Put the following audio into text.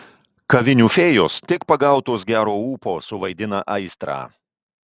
kavinių fėjos tik pagautos gero ūpo suvaidina aistrą